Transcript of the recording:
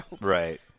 Right